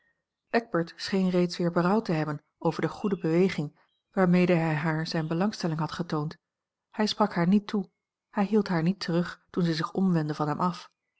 eckbert scheen reeds weer berouw te hebben over de goede beweging waarmede hij haar zijne belangstelling had getoond hij sprak haar niet toe hij hield haar niet terug toen zij zich omwendde van hem af